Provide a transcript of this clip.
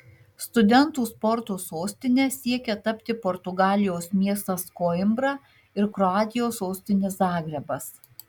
studentų sporto sostine siekia tapti portugalijos miestas koimbra ir kroatijos sostinė zagrebas